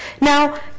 Now